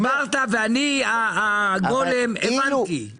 הסברת ואני הגולם הבנתי.